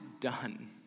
done